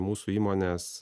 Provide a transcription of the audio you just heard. mūsų įmonės